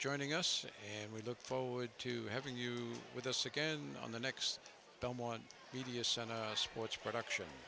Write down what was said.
joining us and we look forward to having you with us again on the next belmont media center sports production